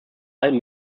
allem